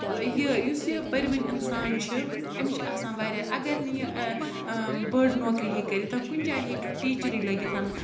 یہِ یُس یہِ پٔرۍوٕنۍ اِنسان چھُ أمِس چھِ آسان واریاہ اگر نہٕ یہِ بٔڑ نوکری ہیٚکہِ کٔرِتھ کُنہِ جاے ہیٚکہِ ٹیٖچرٕے لٔگِتھ